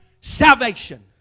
salvation